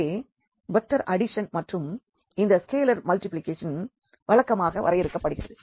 இங்கே vector addition மற்றும் இந்த ஸ்கேலர் மல்டிப்ளிகேஷன் வழக்கமாக வரையறுக்கப் படுகிறது